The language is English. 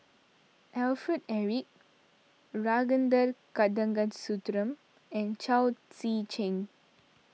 Alfred Eric Kanagasuntheram and Chao Tzee Cheng